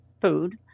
food